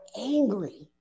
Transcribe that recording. angry